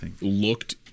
looked